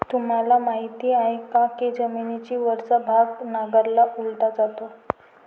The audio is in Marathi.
तुम्हाला माहीत आहे का की जमिनीचा वरचा भाग नांगराने उलटला जातो?